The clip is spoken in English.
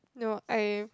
no I